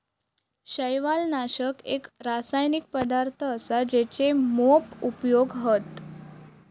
शैवालनाशक एक रासायनिक पदार्थ असा जेचे मोप उपयोग हत